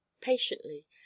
patiently